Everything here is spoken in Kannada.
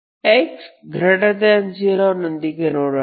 x0 ನೊಂದಿಗೆ ನೋಡೋಣ